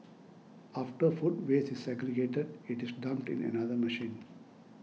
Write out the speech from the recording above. after food waste is segregated it is dumped in another machine